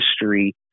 history